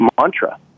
mantra